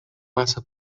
massa